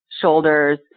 shoulders